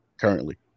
currently